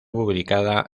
publicada